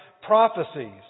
prophecies